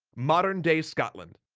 modern-day scotland.